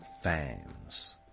fans